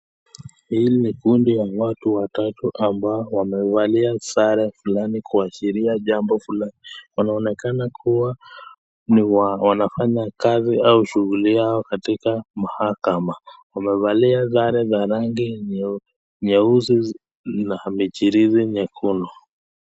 Hii ni kundi ya watu watatu ambao wamevalia sare fulani kuashilia jambo fulani ,wanaonekana kuwa wanafanya kazi au shughuli yao katika mahakama . Wamevalia sare za rangi nyeusi ziko na michirizi nyekundu.